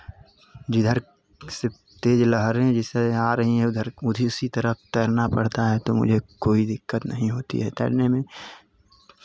जिधर तेज़ लहरें जिसे आ रही है उधर क उधि उसी तरफ़ तैरना पड़ता है तो मुझे कोई दिक्कत नहीं होती है तैरने में